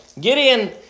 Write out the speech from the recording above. Gideon